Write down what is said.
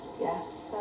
yes